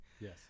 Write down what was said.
Yes